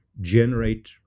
generate